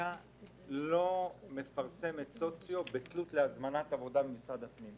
לסטטיסטיקה לא מפרסמת סוציו בתלות להזמנת עבודה ממשרד הפנים,